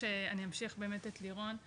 אני אמשיך את הדברים שאמר לירון.